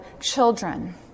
children